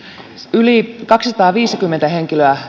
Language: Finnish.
yli kaksisataaviisikymmentä henkilöä